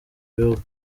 bihugu